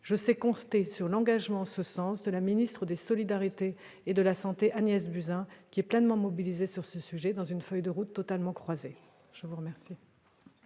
Je sais compter sur l'engagement en ce sens de la ministre des solidarités et de la santé, Agnès Buzyn, qui est pleinement mobilisée sur le sujet, dans le cadre d'une feuille de route totalement croisée. La parole